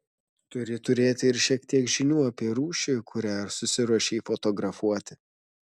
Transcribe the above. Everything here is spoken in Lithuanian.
turi turėti ir šiek tiek žinių apie rūšį kurią susiruošei fotografuoti